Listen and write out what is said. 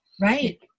Right